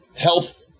Health